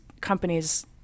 companies